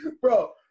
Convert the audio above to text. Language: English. Bro